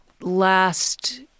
last